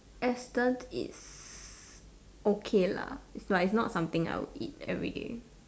Astons is okay lah like it's not something I would eat everyday